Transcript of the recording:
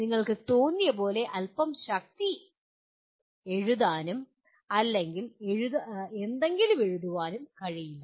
നിങ്ങൾക്ക് തോന്നിയപോലെ അൽപം ശക്തി എഴുതാനും എന്തെങ്കിലും എഴുതാനും കഴിയില്ല